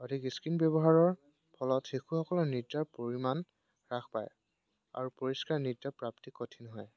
অধিক স্ক্ৰীণ ব্যৱহাৰৰ ফলত শিশুসকলৰ নৃত্যৰ পৰিমাণ হ্ৰাস পায় আৰু পৰিষ্কাৰ নিত্য়ৰ প্ৰাপ্তি কঠিন হয়